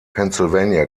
pennsylvania